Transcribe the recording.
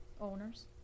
owners